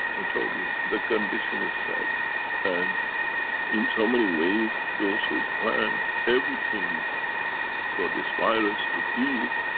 i told you the condition is set and in so many ways those who planned everything for this virus to be,